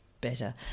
better